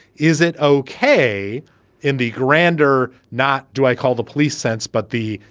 is it okay in the grand or not? do i call the police sense? but the.